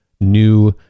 new